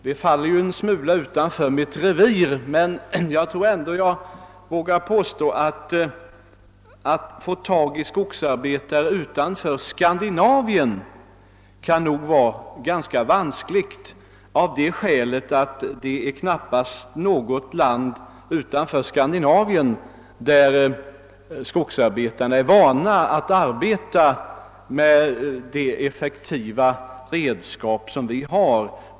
Det faller en smula utanför mitt revir, men jag tror ändå att jag vågar påstå att det kan vara ganska vanskligt att få tag i skogsarbetare utanför Skandinavien av det skälet, att det knappast finns något land utanför Skandinavien där skogsarbetarna är vana att arbeta med de effektiva redskap som vi har.